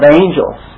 angels